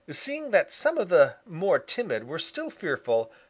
seeing that some of the more timid were still fearful,